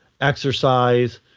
exercise